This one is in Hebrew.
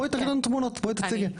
בואי תגיד לנו תמונות בואי תציגי,